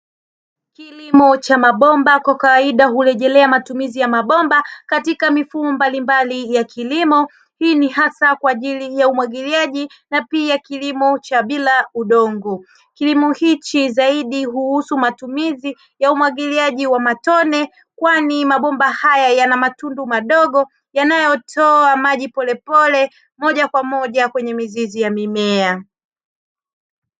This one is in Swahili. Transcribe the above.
Kilimo cha mabomba kwa kawaida hurejelea matumizi ya mabomba katika mifumo mbalimbali ya kilimo, hii ni hasa kwa ajili ya umwagiliaji na pia kilimo cha bila udongo. Kilimo hiki zaidi huhusu matumizi ya umwagiliaji wa matone, kwani mabomba haya yana matundu madogo yanayotoa maji polepole, moja kwa moja kwenye mizizi ya mimea.